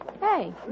Hey